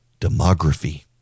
demography